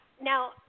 Now